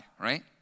right